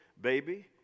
baby